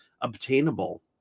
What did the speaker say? obtainable